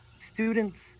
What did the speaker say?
students